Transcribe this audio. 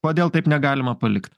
kodėl taip negalima palikt